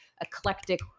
eclectic